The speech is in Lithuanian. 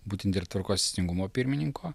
būtent ir tvarkos teisingumo pirmininko